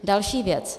Další věc.